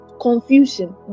confusion